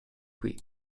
qui